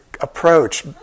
approach